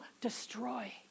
destroy